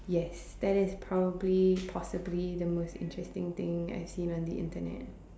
yes that is probably possibly the most interesting thing I've seen on the Internet